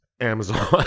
Amazon